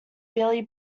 billy